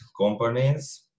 companies